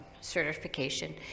certification